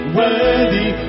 worthy